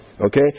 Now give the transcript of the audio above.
Okay